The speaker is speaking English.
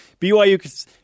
BYU